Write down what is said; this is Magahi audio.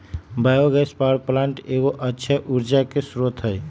बायो गैस पावर प्लांट एगो अक्षय ऊर्जा के स्रोत हइ